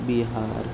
Bihar